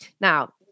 Now